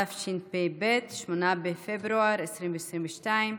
התשפ"ב, 8 בפברואר 2022,